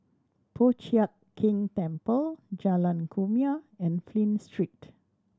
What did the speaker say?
Po Chiak Keng Temple Jalan Kumia and Flint Street